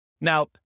Now